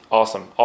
awesome